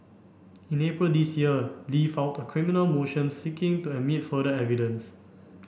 in April this year Li filed a criminal motion seeking to admit further evidence